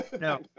no